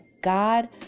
God